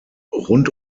rund